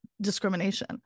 discrimination